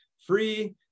free